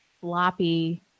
floppy